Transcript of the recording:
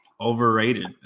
overrated